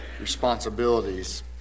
responsibilities